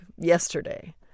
yesterday